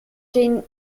den